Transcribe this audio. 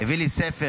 הביא לי ספר